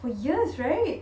for years right